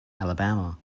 alabama